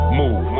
move